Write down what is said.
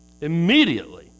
immediately